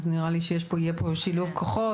נראה לי שיהיה כאן שילוב כוחות,